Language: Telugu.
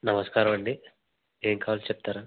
నమస్కారం అండి ఏమి కావాలో చెప్తారా